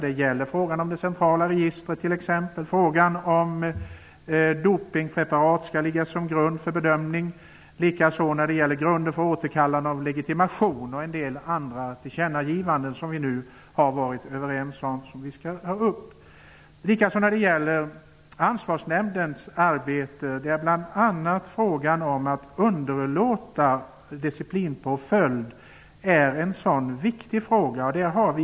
Det gäller frågan om det centrala registret, t.ex. frågan om dopingpreparat skall ligga som grund för bedömning, likaså grunden för återkallande av legitimation och en del andra tillkännagivanden som vi nu har varit överens om skall tas upp. Också Ansvarsnämndens arbete, bl.a. frågan om att underlåta disciplinpåföljd, är en viktig fråga.